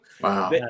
Wow